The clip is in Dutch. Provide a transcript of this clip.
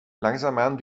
langzaamaan